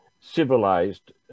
civilized